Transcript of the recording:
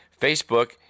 Facebook